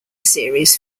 series